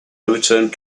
overturned